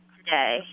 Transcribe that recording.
today